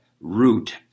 root